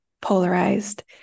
polarized